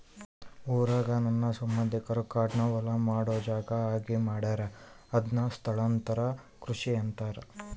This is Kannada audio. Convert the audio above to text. ಊರಾಗ ನನ್ನ ಸಂಬಂಧಿಕರು ಕಾಡ್ನ ಹೊಲ ಮಾಡೊ ಜಾಗ ಆಗಿ ಮಾಡ್ಯಾರ ಅದುನ್ನ ಸ್ಥಳಾಂತರ ಕೃಷಿ ಅಂತಾರ